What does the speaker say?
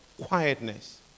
quietness